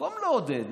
במקום לעודד,